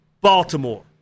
Baltimore